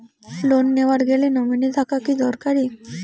Loan নেওয়ার গেলে nominee থাকা কি দরকারী?